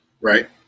Right